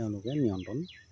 তেওঁলোকে নিয়ন্ত্ৰণত থাকে